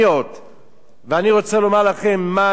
ואני רוצה לומר לכם מה שאמר דוד המלך: